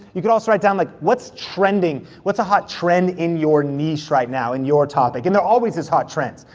you could also write down like what's trending? what's a hot trend in your niche right now, in your topic? and there always is hot trends.